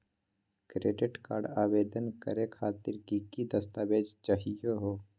Credit card आवेदन करे खातिर की की दस्तावेज चाहीयो हो?